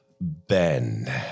Ben